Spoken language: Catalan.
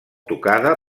tocada